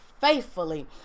faithfully